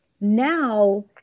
now